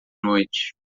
noite